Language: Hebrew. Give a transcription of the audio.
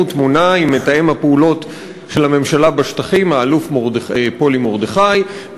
תמונה עם מתאם פעולות הממשלה בשטחים האלוף פולי מרדכי,